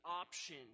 option